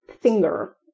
finger